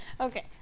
Okay